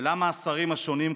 ולמה השרים השונים,